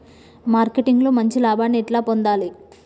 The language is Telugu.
మార్కెటింగ్ లో మంచి లాభాల్ని ఎట్లా పొందాలి?